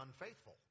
unfaithful